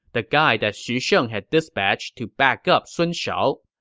the guy that xu sheng had dispatched to back up sun shao.